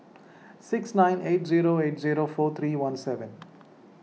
six nine eight zero eight zero four three one seven